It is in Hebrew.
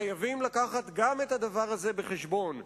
חייבים לקחת גם את הדבר הזה בחשבון,